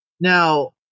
Now